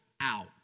out